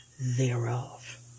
thereof